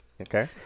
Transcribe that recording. Okay